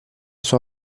sua